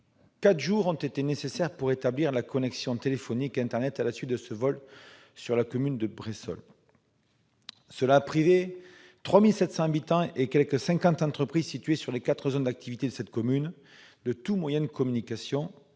jours ont été nécessaires pour établir la connexion téléphonique et internet à la suite de ce vol dans la commune de Bressols. Cela a privé 3 700 habitants et quelque cinquante entreprises situées sur les quatre zones d'activité de cette commune de tout moyen de communication.